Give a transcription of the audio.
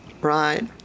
Right